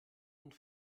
und